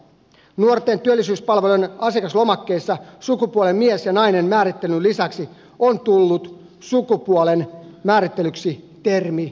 nuorten työllisyyspalvelujen asiakaslomakkeessa sukupuolen määrittelyyn miehen ja naisen lisäksi on tullut termi muu